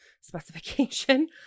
specification